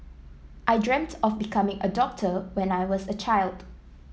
I dreamt of becoming a doctor when I was a child